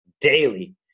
daily